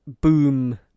boom